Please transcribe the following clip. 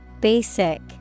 Basic